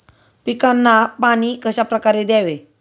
पिकांना पाणी कशाप्रकारे द्यावे?